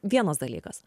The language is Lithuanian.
vienas dalykas